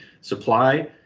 supply